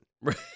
Right